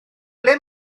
ble